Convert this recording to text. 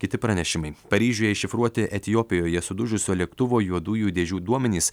kiti pranešimai paryžiuje iššifruoti etiopijoje sudužusio lėktuvo juodųjų dėžių duomenys